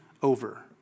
Over